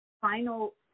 final